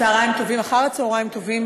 צהריים טובים, אחר-צהריים טובים.